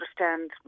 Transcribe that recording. understand